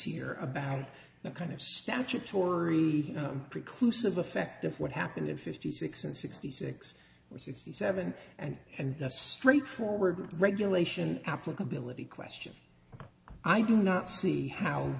here about the kind of statutory reclusive effect of what happened in fifty six and sixty six or sixty seven and and straightforward regulation applicability question i do not see how